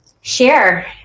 share